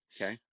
Okay